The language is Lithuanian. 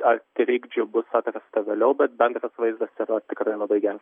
ar trikdžių bus atrasta vėliau bet bendras vaizdas yra tikrai labai geras